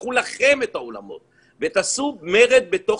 תפתחו לכם את האולמות ותעשו מרד בתוך